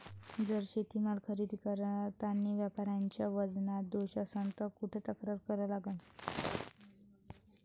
जर शेतीमाल खरेदी करतांनी व्यापाऱ्याच्या वजनात दोष असन त कुठ तक्रार करा लागन?